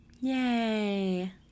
Yay